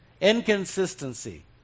Inconsistency